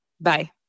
Bye